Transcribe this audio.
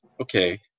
okay